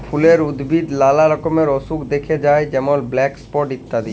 ফুলের উদ্ভিদে লালা রকমের অসুখ দ্যাখা যায় যেমল ব্ল্যাক স্পট ইত্যাদি